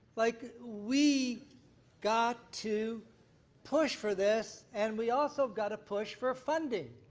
like we got to push for this, and we also got to push for funding.